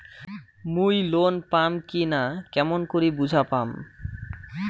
মুই লোন পাম কি না কেমন করি বুঝা পাম?